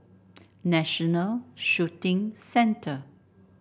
National Shooting Centre